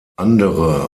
andere